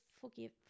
forgive